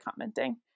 commenting